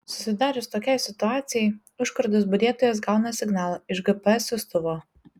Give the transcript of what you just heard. susidarius tokiai situacijai užkardos budėtojas gauna signalą iš gps siųstuvo